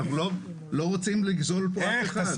אנחנו לא רוצים לגזול פה אף אחד.